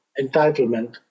entitlement